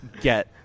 get